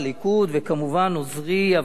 וכמובן עוזרי הוותיק,